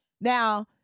Now